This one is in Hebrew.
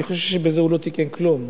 אני חושב שבזה הוא לא תיקן כלום.